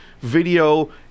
video